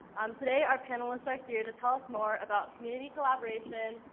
um today, our panelists are here to tell us more about community collaboration,